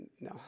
no